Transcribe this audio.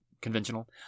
conventional